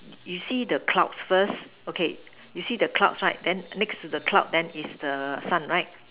you see the clock first okay you see the clock fine then next the clock that is a fun right